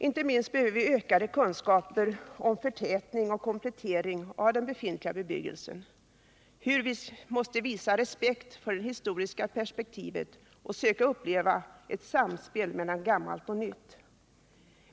Inte minst behöver vi ökade kunskaper om förtätning och komplettering av befintlig bebyggelse. Vi måste visa respekt för det historiska perspektivet och söka uppleva ett samspel mellan gammalt och nytt.